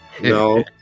No